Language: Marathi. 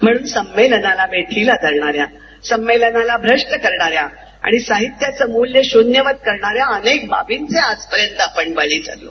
म्हणून संमेलनाला वेठीला धरणाऱ्या संमेलनाला भ्रष्ट करणाऱ्या आणि साहित्याचं मृल्य शृन्यवत करणाऱ्या अनेक बाबींचे आजपर्यंत आपण बळी झालो